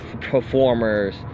performers